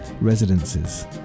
residences